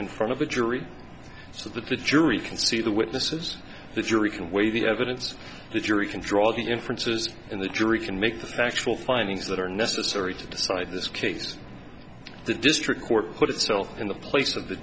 in front of a jury so that the jury can see the witnesses the jury can weigh the evidence the jury can draw the inference as in the jury can make the factual findings that are necessary to decide this case the district court put itself in the place of the